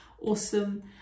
awesome